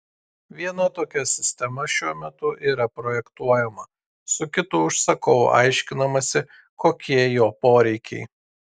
viena tokia sistema šiuo metu yra projektuojama su kitu užsakovu aiškinamasi kokie jo poreikiai